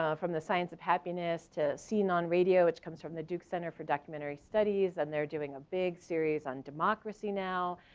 ah from the science of happiness, to scene on radio, which comes from the duke center for documentary studies. and they're doing a big series on democracy now,